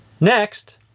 Next